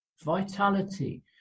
vitality